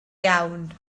iawn